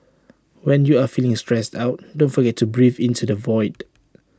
when you are feeling stressed out don't forget to breathe into the void